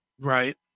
Right